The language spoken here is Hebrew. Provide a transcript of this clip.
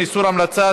איסור המלצה